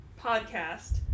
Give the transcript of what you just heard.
podcast